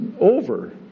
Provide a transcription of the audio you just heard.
over